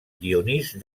dionís